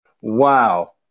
Wow